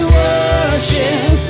worship